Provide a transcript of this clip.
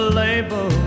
label